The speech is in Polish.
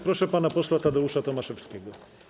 Proszę pana posła Tadeusza Tomaszewskiego.